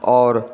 आओर